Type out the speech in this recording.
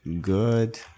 good